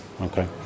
okay